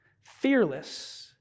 fearless